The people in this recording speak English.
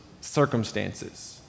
circumstances